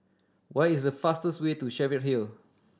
what is the fastest way to Cheviot Hill